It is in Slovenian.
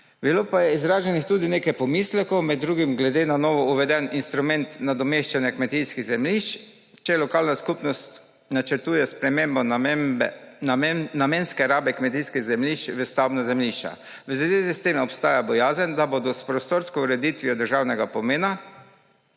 Bilo pa je izraženih tudi nekaj pomislekov, med drugim glede na novo uveden instrument nadomeščanja kmetijskih zemljišč, če lokalna skupnost načrtuje spremembo namenske rabe kmetijskih zemljišč v stavbna zemljišča. V zvezi s tem obstaja bojazen, da bodo s prostorsko ureditvijo državnega pomena,